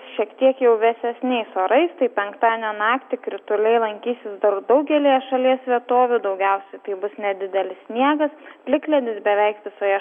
šiek tiek jau vėsesniais orais tai penktadienio naktį krituliai lankysis dar daugelyje šalies vietovių daugiausiai tai bus nedidelis sniegas plikledis beveik visoje